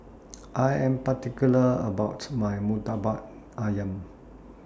I Am particular about My Murtabak Ayam